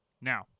Now